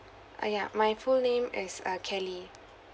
ah ya my full name is uh kelly